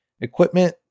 Equipment